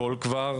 הכול כבר